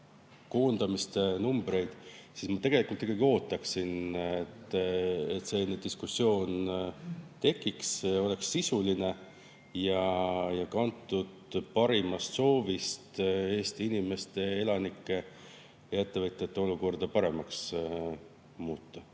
koondamiste numbreid, siis ma tegelikult ikkagi ootan, et diskussioon tekiks, oleks sisuline ja kantud [tegelikust] soovist Eesti inimeste, elanike ja ettevõtjate olukorda paremaks muuta.